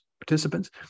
participants